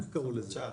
איך קראו לזה?